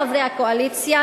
חברי הקואליציה,